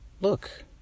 Look